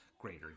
greater